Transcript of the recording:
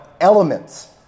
elements